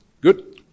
Good